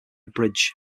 bridge